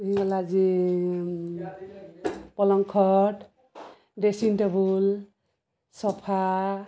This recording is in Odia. ହେଲା ଯେ ପଲଙ୍କ୍ ଖଟ୍ ଡ୍ରେସିଂ ଟେବୁଲ ସୋଫା